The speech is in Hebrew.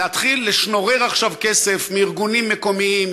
להתחיל לשנורר עכשיו כסף מארגונים מקומיים,